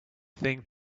think